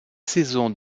saisons